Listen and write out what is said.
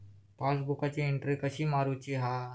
पासबुकाची एन्ट्री कशी मारुची हा?